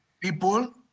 people